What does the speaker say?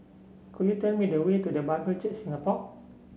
could you tell me the way to The Bible Church Singapore